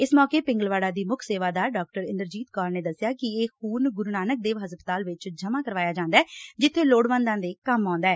ਇਸ ਮੌਕੇ ਪਿੰਗਲਵਾੜਾ ਦੀ ਮੱਖ ਸੇਵਾਦਾਰ ਡਾਕਟਰ ਇੰਦਰਜੀਤ ਕੌਰ ਨੇ ਦਸਿਆ ਕਿ ਇਹ ਖੁਨ ਗੁਰੁ ਨਾਨਕ ਦੇਵ ਹਸਪਤਾਲ ਚ ਜਮਾ ਕਰਵਾਇਆ ਜਾਂਦੈ ਜਿਬੇ ਲੋੜਵੰਦਾਂ ਦੇ ਕੰਮ ਆਉਦਾ ਏ